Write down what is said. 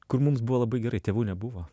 kur mums buvo labai gerai tėvų nebuvo